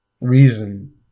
reason